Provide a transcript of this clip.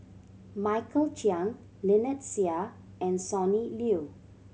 Michael Chiang Lynnette Seah and Sonny Liew